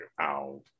ow